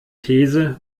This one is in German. these